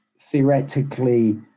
theoretically